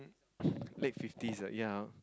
late fifties ah ya